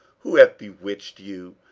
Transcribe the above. who hath bewitched you,